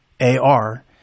AR